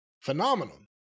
phenomenon